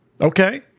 Okay